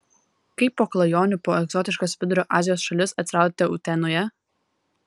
kaip po klajonių po egzotiškas vidurio azijos šalis atsiradote utenoje